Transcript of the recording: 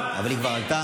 השרה כבר עלתה,